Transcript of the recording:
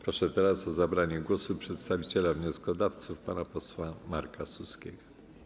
Proszę teraz o zabranie głosu przedstawiciela wnioskodawców pana posła Marka Suskiego.